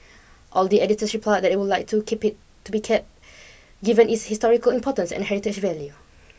all the editors replied that they would like to keep it to be kept given its historical importance and heritage value